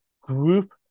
group